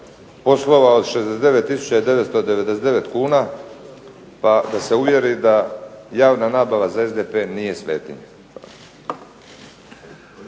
poslovalo 69 tisuća 999 kuna, pa da se uvjeri da javna nabava za SDP nije svetinja.